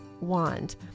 wand